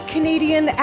Canadian